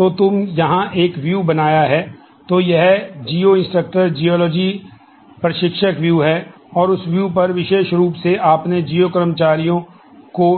तो एक बार जब यह किया गया है तो आप व्यूज तालिका पर नहीं कर